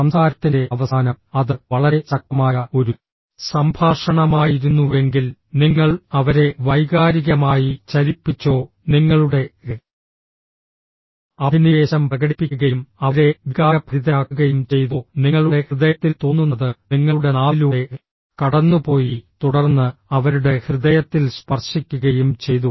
സംസാരത്തിൻ്റെ അവസാനം അത് വളരെ ശക്തമായ ഒരു സംഭാഷണമായിരുന്നുവെങ്കിൽ നിങ്ങൾ അവരെ വൈകാരികമായി ചലിപ്പിച്ചോ നിങ്ങളുടെ അഭിനിവേശം പ്രകടിപ്പിക്കുകയും അവരെ വികാരഭരിതരാക്കുകയും ചെയ്തോ നിങ്ങളുടെ ഹൃദയത്തിൽ തോന്നുന്നത് നിങ്ങളുടെ നാവിലൂടെ കടന്നുപോയി തുടർന്ന് അവരുടെ ഹൃദയത്തിൽ സ്പർശിക്കുകയും ചെയ്തു